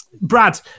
Brad